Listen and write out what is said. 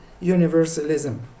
universalism